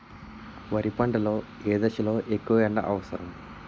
వరి పంట లో ఏ దశ లొ ఎక్కువ ఎండా అవసరం?